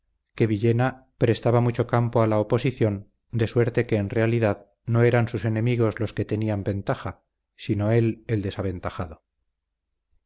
que villena prestaba mucho campo a la oposición de suerte que en realidad no eran sus enemigos los que tenían ventaja sino él el desaventajado no